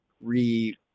re